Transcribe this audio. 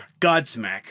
Godsmack